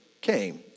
came